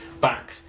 back